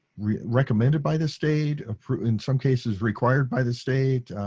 recommended by the state approved in some cases required by the state.